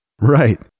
Right